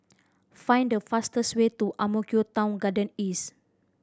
find the fastest way to Ang Mo Kio Town Garden East